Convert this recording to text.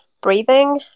breathing